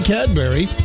Cadbury